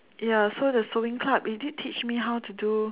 ya so there's sewing club it did teach me how to do